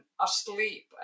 asleep